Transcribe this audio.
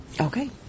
Okay